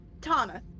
Tana